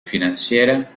financiera